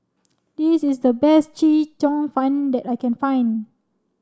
this is the best Chee Cheong Fun that I can find